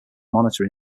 monitor